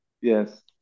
yes